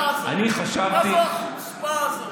מה זאת הבדיחה הזאת, מה זאת החוצפה הזאת?